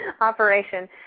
operation –